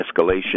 escalation